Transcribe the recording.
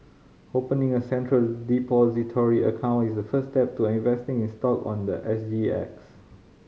opening a Central Depository account is the first step to investing in stock on the S G X